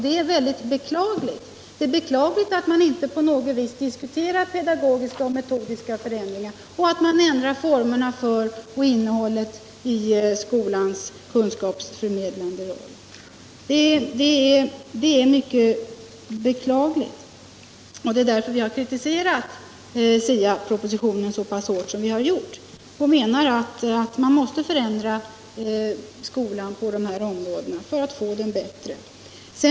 Det är mycket beklagligt att man inte på något sätt diskuterar pedagogiska och metodiska förändringar och ändrar formerna för och innehållet i skolans kunskapsförmedling. Det är beklagligt. Det är därför vi har kritiserat SIA-propositionen så pass hårt som vi har gjort. Vi menar att man måste förändra skolan på de här områdena för att få den bättre.